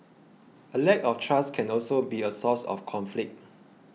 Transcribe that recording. a lack of trust can also be a source of conflict